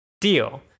deal